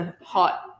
hot